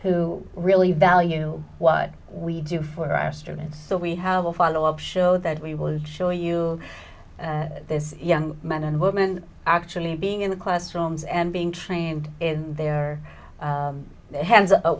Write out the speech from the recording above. who really value what we do for our students so we have a follow up show that we will show you this young man and woman actually being in the classrooms and being trained in the